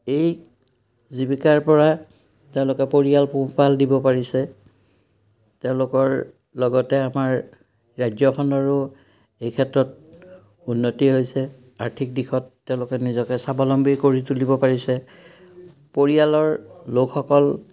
এই জীৱিকাৰপৰা তেওঁলোকে পৰিয়াল পোহপাল দিব পাৰিছে তেওঁলোকৰ লগতে আমাৰ ৰাজ্যখনৰো এই ক্ষেত্ৰত উন্নতি হৈছে আৰ্থিক দিশত তেওঁলোকে নিজকে স্বাৱলম্বী কৰি তুলিব পাৰিছে পৰিয়ালৰ লোকসকল